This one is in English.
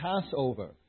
Passover